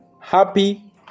happy